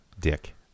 dick